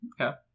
Okay